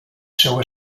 seua